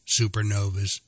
supernovas